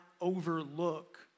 overlook